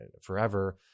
forever